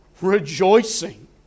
rejoicing